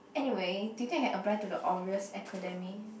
anyway do you think I can apply to the Orioles Academy